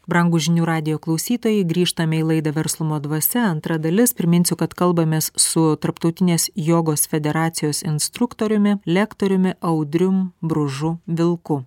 brangūs žinių radijo klausytojai grįžtame į laidą verslumo dvasia antra dalis priminsiu kad kalbamės su tarptautinės jogos federacijos instruktoriumi lektoriumi audrium bružu vilku